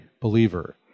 believer